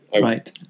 Right